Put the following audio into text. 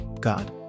God